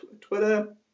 Twitter